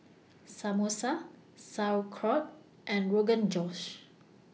Samosa Sauerkraut and Rogan Josh